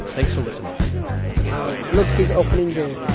thanks for listening wow. look, he's opening the.